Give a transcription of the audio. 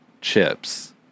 chips